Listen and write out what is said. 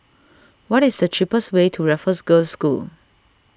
what is the cheapest way to Raffles Girls' School